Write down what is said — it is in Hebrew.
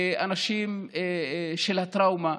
האנשים של הטראומה,